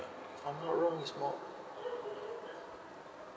if I'm not wrong it's more